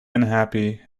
unhappy